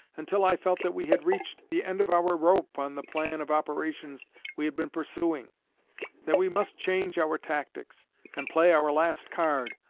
until i felt that we had reached the end of our rope on the plan of operations we had been pursuing that we must change our tactics and play our last card,